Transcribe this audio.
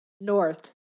North